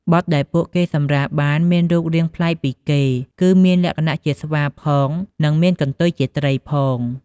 បុត្រដែលពួកគេសម្រាលបានមានរូបរាងប្លែកពីគេគឺមានលក្ខណៈជាស្វាផង និងមានកន្ទុយជាត្រីផង។